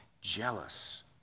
jealous